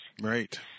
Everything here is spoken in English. right